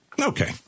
Okay